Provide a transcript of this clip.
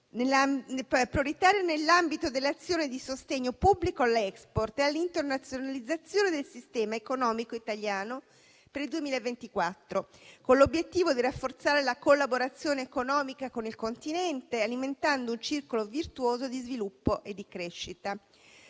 nell'ambito dell'azione di sostegno pubblico all'*export* e all'internazionalizzazione del sistema economico italiano per il 2024, con l'obiettivo di rafforzare la collaborazione economica con il Continente, alimentando un circolo virtuoso di sviluppo e di crescita.